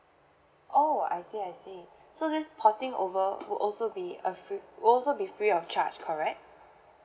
oh I see I see so this porting over would also be would also be free of charge correct